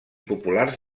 populars